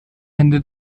ende